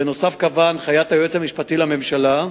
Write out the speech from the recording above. בנוסף, קבעה הנחיית היועץ המשפטי לממשלה,